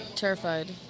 Terrified